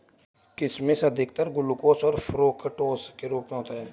किशमिश अधिकतर ग्लूकोस और फ़्रूक्टोस के रूप में होता है